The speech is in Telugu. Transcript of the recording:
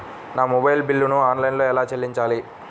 నా మొబైల్ బిల్లును ఆన్లైన్లో ఎలా చెల్లించాలి?